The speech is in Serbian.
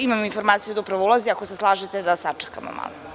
Imam informaciju da upravo ulazi, ako se slažete da sačekamo malo.